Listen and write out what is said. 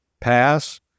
pass